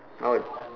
I will